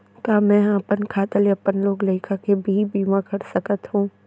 का मैं ह अपन खाता ले अपन लोग लइका के भी बीमा कर सकत हो